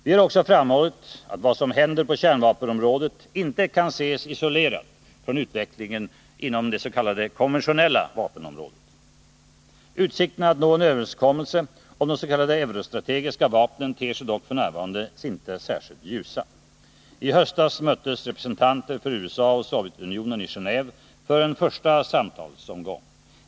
Vi har också framhållit att vad som händer på kärnvapenområdet inte kan ses isolerat från utvecklingen inom det s.k. konventionella vapenområdet. Utsikterna att nå en överenskommelse om de s.k. eurostrategiska vapnen ter sig dock f.n. inte ljusa. I höstas möttes representanter för USA och Sovjetunionen i Geneve för en första samtalsomgång.